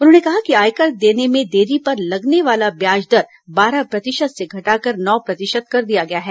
उन्होंने कहा कि आयकर देने में देरी पर लगने वाला ब्याज दर बारह प्रतिशत से घटाकर नौ प्रतिशत कर दिया गया है